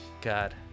God